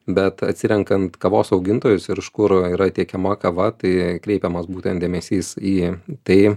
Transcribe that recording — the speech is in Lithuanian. bet atsirenkant kavos augintojus ir iš kur yra tiekiama kava tai kreipiamas būtent dėmesys į tai